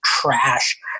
trash